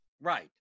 Right